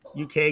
UK